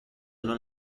non